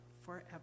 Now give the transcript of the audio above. forever